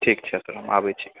ठीक छै सर हम आबैत छी